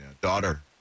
daughter